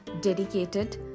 dedicated